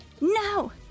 No